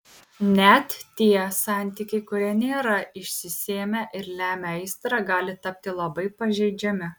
net tie santykiai kurie nėra išsisėmę ir lemia aistrą gali tapti labai pažeidžiami